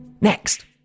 next